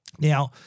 Now